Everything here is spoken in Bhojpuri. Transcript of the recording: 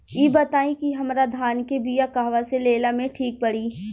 इ बताईं की हमरा धान के बिया कहवा से लेला मे ठीक पड़ी?